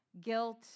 guilt